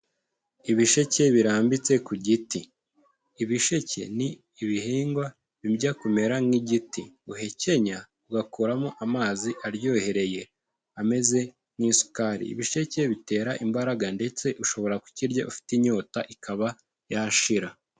Ibisheke birambitse ku giti. Ibisheke ni ibihingwa bijya kumera nk'igiti. Uhekenya ugakuramo amazi aryohereye ameze nk'isukari. Ibisheke bitera imbaraga ndetse ushobora kukirya ufite inyota ikaba yashira.